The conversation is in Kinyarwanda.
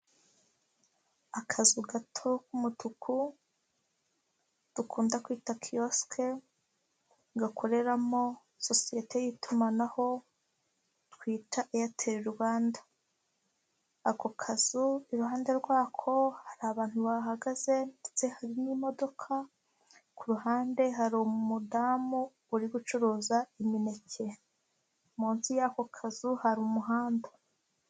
Akazu gato k'umutuku dukunda kwita kiyosike gakoreramo sosiyete y'itumanaho twita eyateli Rwanda, ako kazu i ruhande rwako hari abantu bahagaze ndetse harimo imodoka, ku ruhande hari umudamu uri gucuruza imineke munsi y'ako kazu hari umuhanda.